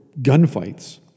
gunfights